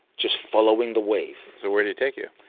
just following the wave so, where'd he take you?